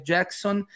Jackson